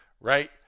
right